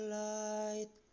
light